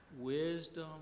wisdom